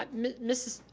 um mrs.